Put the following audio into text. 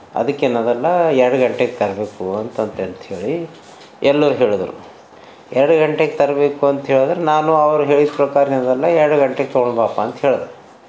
ಅದಕ್ಕೇನದಲ್ಲ ಎರಡು ಗಂಟೆಗೆ ತರಬೇಕು ಅಂತ ಅಂತೆ ಅಂತ ಹೇಳಿ ಎಲ್ಲರ ಹೇಳಿದರು ಎರಡು ಗಂಟೆಗೆ ತರಬೇಕು ಅಂತ ಹೇಳಿದ್ರು ನಾನು ಅವರು ಹೇಳಿದ ಪ್ರಕಾರದಿಂದಲ್ಲ ಎರಡು ಗಂಟೆಗೆ ತೊಗೊಂಡು ಬಾಪ್ಪಾ ಅಂತ ಹೇಳಿದ್ದು